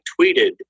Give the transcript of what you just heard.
tweeted